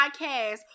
podcast